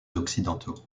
occidentaux